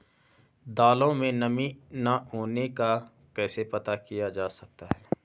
दालों में नमी न होने का कैसे पता किया जा सकता है?